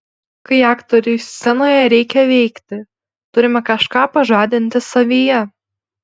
kai aktoriui scenoje reikia veikti turime kažką pažadinti savyje